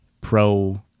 pro